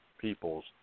people's